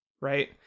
right